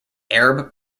arab